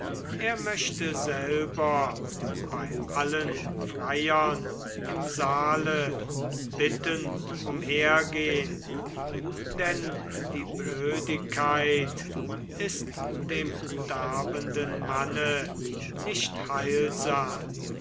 er möchte selber bei allen freiern im saale bittend umhergehn denn die blödigkeit ist dem darbenden manne nicht heilsam